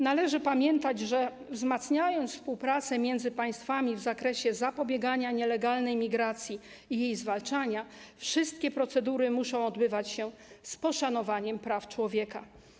Należy pamiętać, że przy wzmacnianiu współpracy między państwami w zakresie zapobiegania nielegalnej migracji i jej zwalczania wszystkie procedury muszą odbywać się z poszanowaniem praw człowieka.